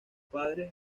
padres